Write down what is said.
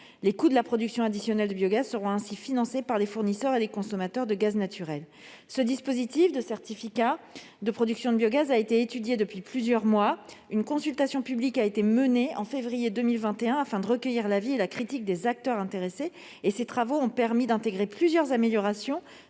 Les coûts de la production additionnelle seront ainsi financés par les fournisseurs et les consommateurs de gaz naturel. Ce dispositif de certificats de production de biogaz a été étudié pendant plusieurs mois. Une consultation publique a été menée en février 2021, afin de recueillir l'avis et la critique des acteurs intéressés, et ces travaux ont permis d'intégrer à cet amendement plusieurs améliorations